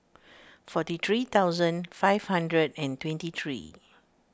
forty three thousand five hundred and twenty three